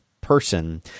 person